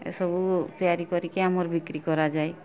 ଏସବୁ ତିଆରି କରିକି ଆମର ବିକ୍ରି କରାଯାଏ